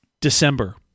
December